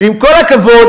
עם כל הכבוד,